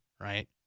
right